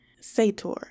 Sator